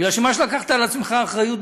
כי מה שלקחת על עצמך אחריות,